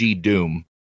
doom